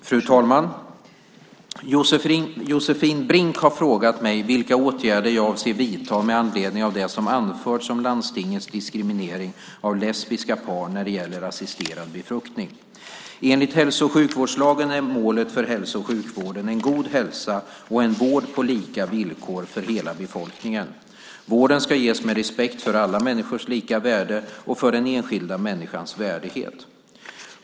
Fru talman! Josefin Brink har frågat mig vilka åtgärder jag avser att vidta med anledning av det som anförts om landstingens diskriminering av lesbiska par när det gäller assisterad befruktning. Enligt hälso och sjukvårdslagen är målet för hälso och sjukvården en god hälsa och en vård på lika villkor för hela befolkningen. Vården ska ges med respekt för alla människors lika värde och för den enskilda människans värdighet.